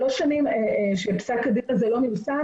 שלוש שנים שפסק הדין הזה לא מיושם